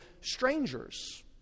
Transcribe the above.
strangers